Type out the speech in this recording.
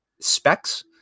specs